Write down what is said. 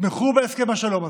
תתמכו בהסכם השלום הזה.